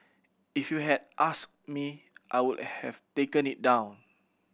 if you had asked me I would have taken it down